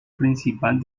principal